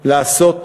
לעשות שינוי.